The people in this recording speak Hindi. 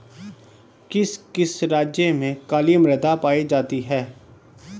किस किस राज्य में काली मृदा पाई जाती है?